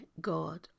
God